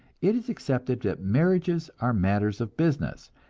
it is accepted that marriages are matters of business,